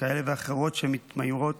כאלה ואחרות שמתיימרות